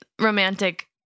romantic